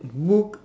book